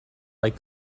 like